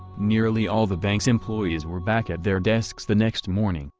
nearly all the bank's employees were back at their desks the next morning,